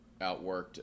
outworked